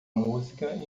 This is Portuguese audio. música